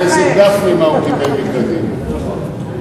סליחה,